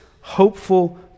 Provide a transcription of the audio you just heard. hopeful